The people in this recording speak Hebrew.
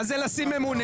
מה זה לשים ממונה?